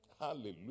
Hallelujah